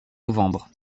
novembre